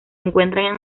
encuentran